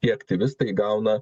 tie aktyvistai gauna